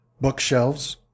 bookshelves